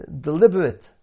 deliberate